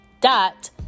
dot